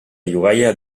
llogaia